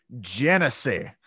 Genesis